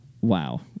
Wow